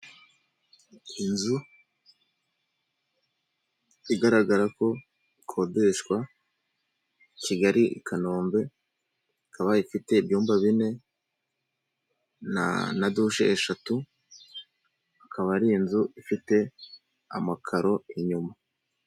Inzu igaragara ko ikodeshwa, Kigali, i Kanombe, ikaba ifite ibyumba bine na dushe eshatu, akaba ari inzu ifite amakaro inyuma.